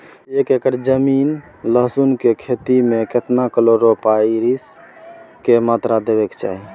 एक एकर जमीन लहसुन के खेती मे केतना कलोरोपाईरिफास के मात्रा देबै के चाही?